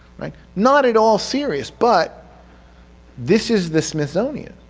not at all serious, but this is the smithsonian,